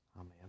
Amen